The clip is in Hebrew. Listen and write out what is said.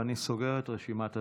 ואני סוגר את רשימת הדוברים.